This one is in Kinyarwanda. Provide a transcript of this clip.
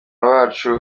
bacu